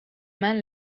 man